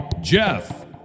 Jeff